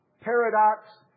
paradox